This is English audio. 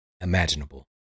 imaginable